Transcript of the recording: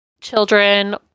children